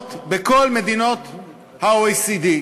האחרונות בכל מדינות ה-OECD.